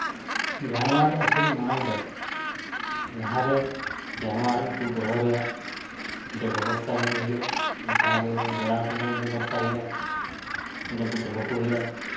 ᱡᱟᱱᱣᱟᱨ ᱟᱹᱥᱩᱞ ᱢᱟᱲᱟᱝ ᱨᱮ ᱞᱟᱦᱟᱨᱮ ᱡᱟᱱᱣᱟᱨ ᱩᱱᱠᱩ ᱫᱚᱦᱚᱭ ᱨᱮᱭᱟᱜ ᱡᱮ ᱵᱮᱵᱚᱥᱛᱷᱟᱭ ᱦᱩᱭᱩᱜᱼᱟ ᱡᱟᱦᱟᱸ ᱫᱚ ᱜᱚᱲᱟ ᱠᱤᱝᱵᱟ ᱵᱮᱵᱚᱥᱛᱷᱟᱭ ᱦᱩᱭᱩᱜᱼᱟ ᱚᱸᱰᱮ ᱜᱮ ᱫᱚᱦᱚ ᱠᱚ ᱦᱩᱭᱩᱜᱼᱟ